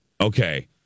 Okay